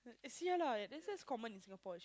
it's here lah this is common in Singapore